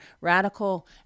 radical